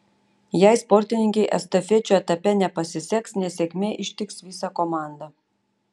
jei sportininkei estafečių etape nepasiseks nesėkmė ištiks visą komandą